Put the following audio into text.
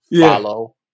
Follow